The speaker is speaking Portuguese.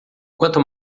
quanto